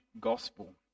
gospel